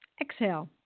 Exhale